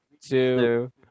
Two